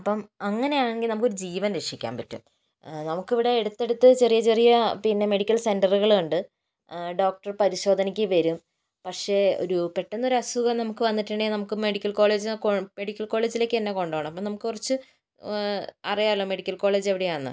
അപ്പോൾ അങ്ങനെ ആണെങ്കിൽ നമുക്ക് ഒരു ജീവൻ രക്ഷിക്കാൻ പറ്റും നമുക്ക് ഇവിടെ അടുത്തടുത്ത് ചെറിയ ചെറിയ പിന്നെ മെഡിക്കൽ സെൻ്ററുകൾ ഉണ്ട് ഡോക്ടർ പരിശോധനക്ക് വരും പക്ഷെ ഒരു പെട്ടെന്നൊരസുഖം നമുക്ക് വന്നിട്ടുണ്ടെങ്കിൽ നമുക്ക് മെഡിക്കൽ കോളേജ് മെഡിക്കൽ കോളേജിലേക്ക് തന്നെ കൊണ്ട് പോകണം അപ്പോൾ നമുക്ക് കുറച്ച് അറിയാമല്ലോ മെഡിക്കൽ കോളേജ് എവിടെയാണെന്ന്